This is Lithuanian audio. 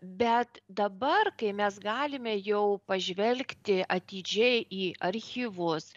bet dabar kai mes galime jau pažvelgti atidžiai į archyvus